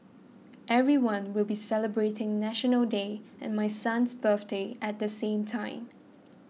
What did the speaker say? everyone will be celebrating National Day and my son's birthday at the same time